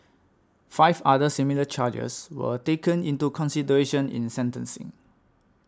five other similar charges were taken into consideration in sentencing